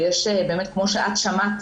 ויש באמת, כמו שאת שמעת